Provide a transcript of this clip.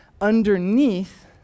underneath